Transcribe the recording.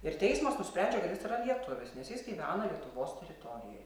ir teismas nusprendžia kad yra lietuvis nes jis gyvena lietuvos teritorijoj